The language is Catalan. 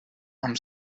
amb